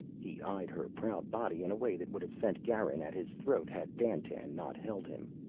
he eyed her proud body in a way that would have sent garin at his throat had dandtan not held him.